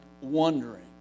wondering